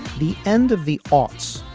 the end of the office?